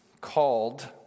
called